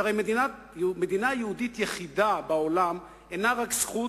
שהרי מדינה יהודית יחידה בעולם אינה רק זכות,